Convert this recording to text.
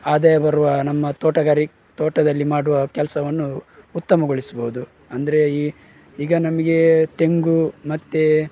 ಆದಾಯ ಬರುವ ನಮ್ಮ ತೋಟಗಾರಿಕೆ ತೋಟದಲ್ಲಿ ಮಾಡುವ ಕೆಲಸವನ್ನು ಉತ್ತಮಗೊಳಿಸ್ಬೋದು ಅಂದರೆ ಈ ಈಗ ನಮಗೆ ತೆಂಗು ಮತ್ತೆ